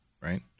Right